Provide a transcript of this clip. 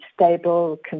stable